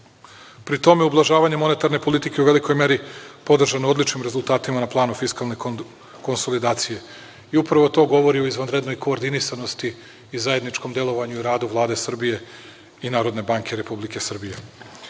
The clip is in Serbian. pri tome ublažavanje monetarne politike u velikoj meri podržano je odličnim rezultatima na planu fiskalne konsolidacije. Upravo to govori o izvanrednoj koordinisanosti i zajedničkom delovanju u radu Vlade Srbije i NBS.Obezbedili smo